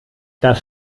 das